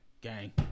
gang